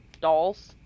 dolls